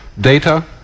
Data